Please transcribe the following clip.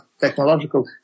technological